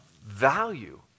value